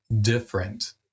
different